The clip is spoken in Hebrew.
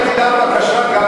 זאת הייתה הבקשה גם כשהלכנו